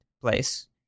place